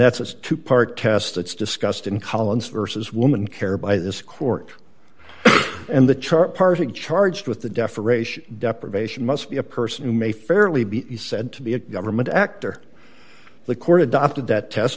that's a two part test it's discussed in collins versus woman care by this court and the chart parsing charged with the deaf aeration deprivation must be a person who may fairly be said to be a government actor the court adopted that test